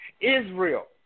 Israel